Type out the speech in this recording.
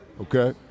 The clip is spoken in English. Okay